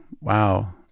wow